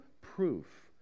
proof